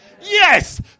Yes